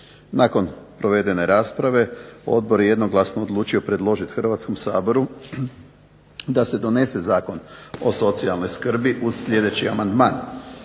Nakon provedene rasprave odbor je jednoglasno odlučio predložiti Hrvatskom saboru da se donese Zakon o socijalnoj skrbi uz sljedeći amandman.